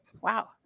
wow